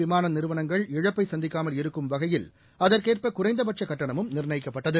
விமானநிறுவனங்கள் இழப்பைசந்திக்காமல் இருக்கும் வகையில் அகுற்கேற்பகுறைந்தபட்சகட்டணமும் நிர்ணயிக்கப்பட்டது